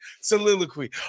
soliloquy